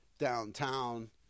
downtown